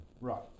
right